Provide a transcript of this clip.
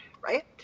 right